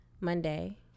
Monday